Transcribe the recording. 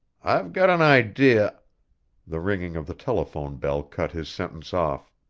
i've got an idea the ringing of the telephone bell cut his sentence off.